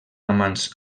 amants